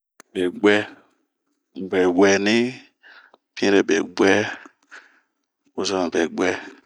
Be buɛni, pinre be buɛ, wozoma be buɛ.